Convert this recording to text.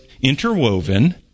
interwoven